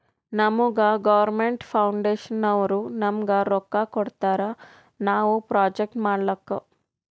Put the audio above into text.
ನಮುಗಾ ಗೌರ್ಮೇಂಟ್ ಫೌಂಡೇಶನ್ನವ್ರು ನಮ್ಗ್ ರೊಕ್ಕಾ ಕೊಡ್ತಾರ ನಾವ್ ಪ್ರೊಜೆಕ್ಟ್ ಮಾಡ್ಲಕ್